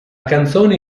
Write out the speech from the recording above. canzone